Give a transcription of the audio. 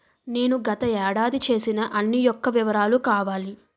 నేను గత ఏడాది చేసిన అన్ని యెక్క వివరాలు కావాలి?